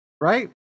Right